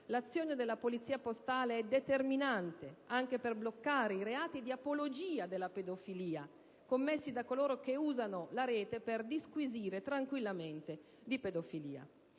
l'azione della polizia postale è determinante, anche per bloccare i reati di apologia della pedofilia commessi da coloro che usano la rete per disquisire tranquillamente di pedofilia.